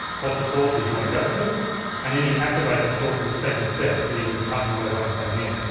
what the source is you want to go to and then you activate that source as a second step using the cut and the auto buttons down here.